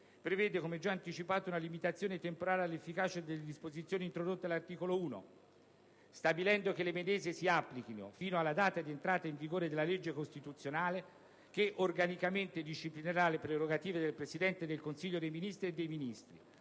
prevede, come già anticipato, una limitazione temporale all'efficacia delle disposizioni introdotte all'articolo 1, stabilendo che le medesime si applichino fino alla data dell'entrata in vigore della legge costituzionale che organicamente disciplinerà le prerogative del Presidente del Consiglio dei ministri e dei Ministri,